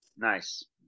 nice